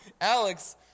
Alex